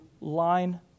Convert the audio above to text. line